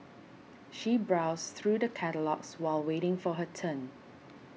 she browsed through the catalogues while waiting for her turn